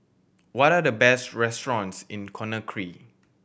what are the best restaurants in Conakry